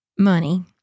Money